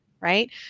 right